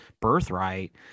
birthright